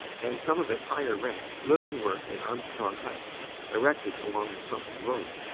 and some of its higher ranks live and work in armstrong huts erected along the sunken road.